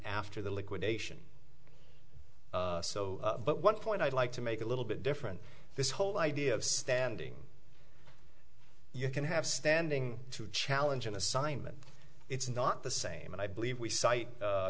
after the liquidation so but one point i'd like to make a little bit different this whole idea of standing you can have standing to challenge an assignment it's not the same and i believe we cite